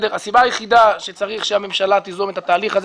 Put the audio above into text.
הסיבה היחידה שצריך שהממשלה תיזום את התהליך הזה